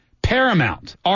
Paramount